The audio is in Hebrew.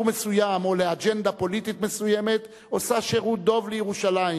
מסוים או לאג'נדה פוליטית מסוימת עושה שירות דוב לירושלים